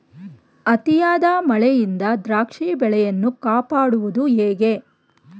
ಅತಿಯಾದ ಮಳೆಯಿಂದ ದ್ರಾಕ್ಷಿ ಬೆಳೆಯನ್ನು ಕಾಪಾಡುವುದು ಹೇಗೆ?